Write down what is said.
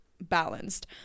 balanced